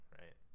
right